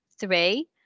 three